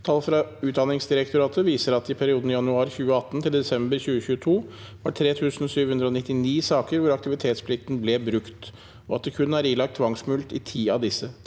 Tall fra Utdanningsdirektoratet viser at det i perioden januar 2018 til desember 2022 var 3 799 saker hvor akti- vitetsplikten ble brutt, og at det kun er ilagt tvangsmulkt i 10 av disse.